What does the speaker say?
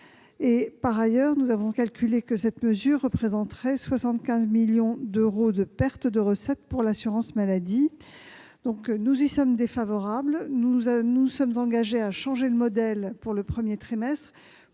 Par ailleurs, nous avons calculé que cette mesure représenterait 75 millions d'euros de pertes de recettes pour l'assurance maladie. Nous y sommes donc défavorables. Nous nous sommes engagés à changer le modèle pour le premier trimestre